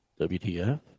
WTF